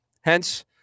Hence